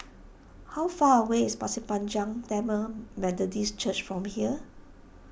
how far away is Pasir Panjang Tamil Methodist Church from here